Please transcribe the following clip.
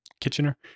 Kitchener